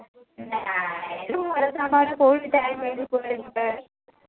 ନାଇଁ ମୁଁ ଘରେ କୋଉଠି ଟାଇମ୍